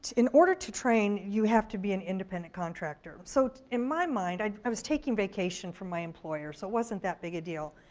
in order to train, you have to be an independent contractor. so in my mind, i i was taking vacation from my employer, so it wasn't that big a deal.